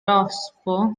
rospo